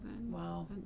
Wow